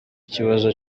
ikibazo